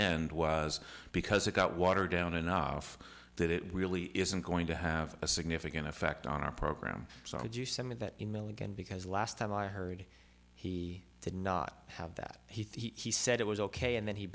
end was because it got watered down enough that it really isn't going to have a significant effect on our program so i could use some of that email again because last time i heard he did not have that he said it was ok and then he